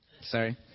Sorry